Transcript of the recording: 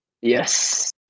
Yes